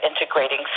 integrating